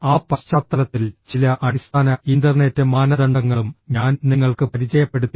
ആ പശ്ചാത്തലത്തിൽ ചില അടിസ്ഥാന ഇന്റർനെറ്റ് മാനദണ്ഡങ്ങളും ഞാൻ നിങ്ങൾക്ക് പരിചയപ്പെടുത്തി